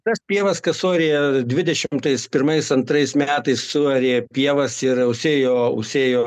tas pievas kas suarė dvidešimtais pirmais antrais metais suarė pievas ir užsėjo užsėjo